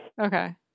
okay